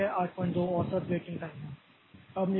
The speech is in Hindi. तो यह 82 औसत वेटिंग टाइम है